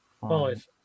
Five